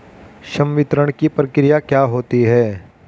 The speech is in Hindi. संवितरण की प्रक्रिया क्या होती है?